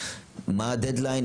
מה הדד ליין,